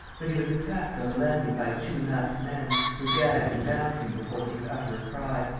but he was attacked on the landing by two masked men, who gagged and bound him before he could utter a cry.